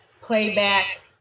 playback